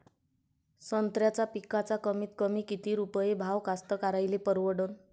संत्र्याचा पिकाचा कमीतकमी किती रुपये भाव कास्तकाराइले परवडन?